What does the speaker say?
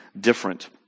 different